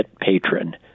patron